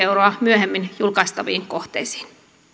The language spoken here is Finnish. euroa myöhemmin julkaistaviin kohteisiin